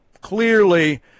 clearly